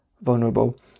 vulnerable